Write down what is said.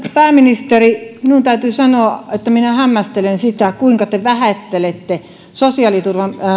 pääministeri minun täytyy sanoa että minä hämmästelen sitä kuinka te vähättelette sosiaaliturvan